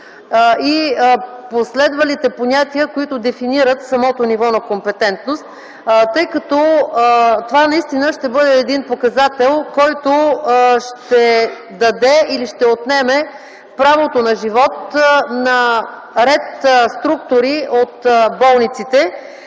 и последвалите понятия, които дефинират самото ниво на компетентност. Това наистина ще бъде един показател, който ще даде или ще отнеме правото на живот на ред структури от болниците.